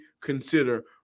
consider